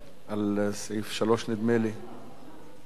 לסעיף 2. לרשותך,